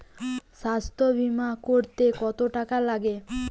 স্বাস্থ্যবীমা করতে কত টাকা লাগে?